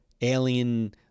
alien